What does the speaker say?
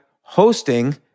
hosting